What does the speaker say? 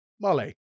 molly